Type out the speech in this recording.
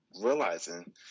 realizing